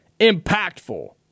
impactful